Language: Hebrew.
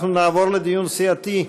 אנחנו נעבור לדיון סיעתי.